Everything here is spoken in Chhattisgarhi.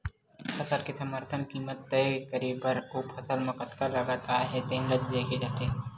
फसल के समरथन कीमत तय करे बर ओ फसल म कतका लागत आए हे तेन ल देखे जाथे